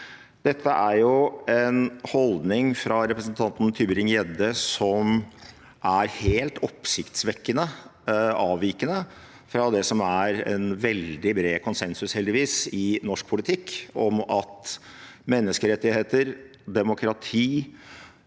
Dette er jo en holdning fra representanten Tybring-Gjedde som er helt oppsiktsvekkende avvikende fra det som er en veldig bred konsensus, heldigvis, i norsk politikk om at menneskerettigheter, demokrati